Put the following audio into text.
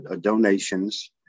donations